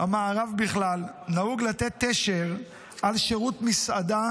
המערב בכלל, נהוג לתת תשר על שירות במסעדה